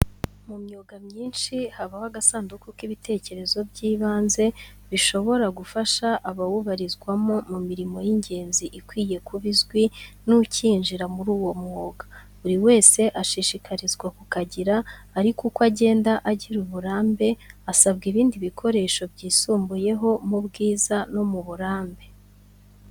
Mu myuga myinshi, habaho agasanduku k'ibikoresho by'ibanze bishobora gufasha abawubarizwamo mu mirimo y'ingenzi ikwiye kuba izwi n'ukinjira muri uwo mwuga, buri wese ashishikarizwa kukagira ariko uko agenda agira uburambe, asabwa ibindi bikoresho byisumbuyeho, mu bwiza no mu burambe.